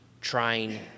trying